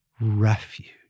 refuge